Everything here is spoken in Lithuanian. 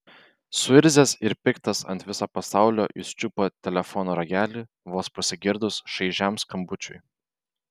suirzęs ir piktas ant viso pasaulio jis čiupo telefono ragelį vos pasigirdus šaižiam skambučiui